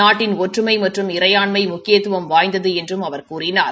நாட்டின் ஒற்றுமை மற்றும் இறையாண்மை முக்கியத்துவம் வாய்ந்தது என்றும் அவர் கூறினார்